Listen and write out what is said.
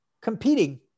competing